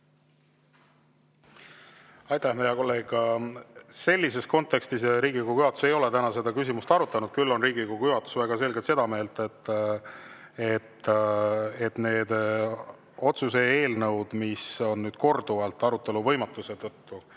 Aitäh, hea kolleeg! Sellises kontekstis Riigikogu juhatus ei ole täna seda küsimust arutanud. Küll on Riigikogu juhatus väga selgelt seda meelt, et need otsuse eelnõud, mis on korduvalt arutelu võimatuse